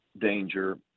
danger